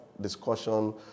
discussion